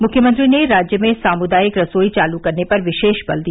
मुख्यमंत्री ने राज्य में सामुदायिक रसोई चालू करने पर विशेष बल दिया